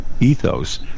ethos